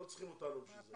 הם לא צריכים אותנו בשביל זה,